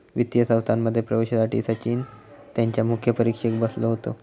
वित्तीय संस्थांमध्ये प्रवेशासाठी सचिन त्यांच्या मुख्य परीक्षेक बसलो होतो